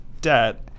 debt